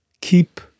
keep